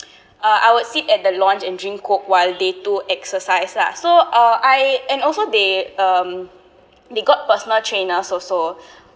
uh I would sit at the launch and drink coke while they do exercise lah so uh I and also they um they got personal trainers also